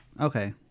Okay